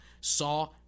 saw